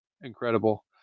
incredible